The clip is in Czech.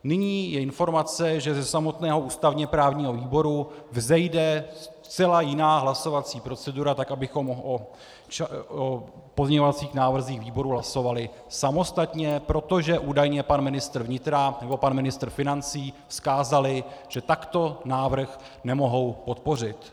Nyní je informace, že ze samotného ústavněprávního výboru vzejde zcela jiná hlasovací procedura tak, abychom o pozměňovacích návrzích výboru hlasovali samostatně, protože údajně pan ministr vnitra nebo pan ministr financí vzkázali, že takto návrh nemohou podpořit.